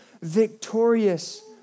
victorious